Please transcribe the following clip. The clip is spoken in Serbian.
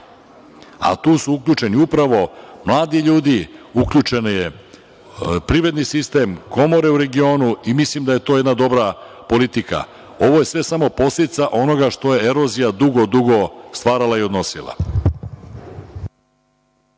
a tu su uključeni upravo mladi ljudi, uključen je privredni sistem, komore u regionu i mislim da je to jedna dobra politika. Ovo je sve samo posledica onoga što je erozija dugo dugo stvarala i odnosila.